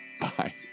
Bye